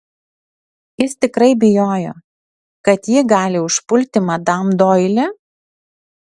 jis tikrai bijojo kad ji gali užpulti madam doili